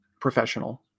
professional